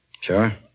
Sure